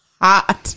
Hot